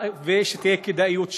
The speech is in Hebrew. ושתהיה כדאיות שם.